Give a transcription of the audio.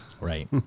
Right